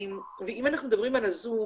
אם אנחנו מדברים על הזום,